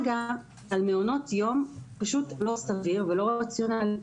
הג"א על מעונות יום, פשוט לא סביר ולא רציונלי.